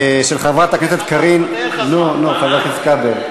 שלילת אפוטרופסות מאדם שהורשע בעבירות מין ואלימות נגד ילדיו),